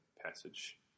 Passage